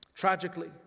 Tragically